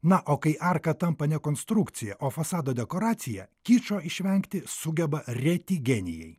na o kai arka tampa ne konstrukcija o fasado dekoracija kičo išvengti sugeba reti genijai